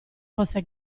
fosse